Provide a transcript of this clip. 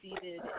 seated